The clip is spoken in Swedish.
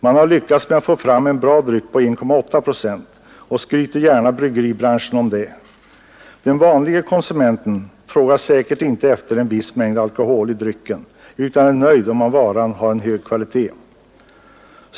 Man har lyckats med att få fram en bra dryck på 1,8 procent, och bryggeribranschen skryter gärna om det. Den vanlige konsumenten frågar säkert inte efter en viss mängd alkohol i drycken utan är nöjd om varan har hög kvalitet.